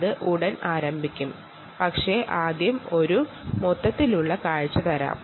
അതിനു മുൻപായി ഇതിനെ കുറിച്ച് ഒരു ഓവർ വ്യു നിങ്ങൾക്ക് തരാം